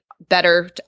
better